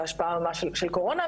את ההשפעה ממש של הקורונה,